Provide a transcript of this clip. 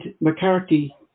McCarthy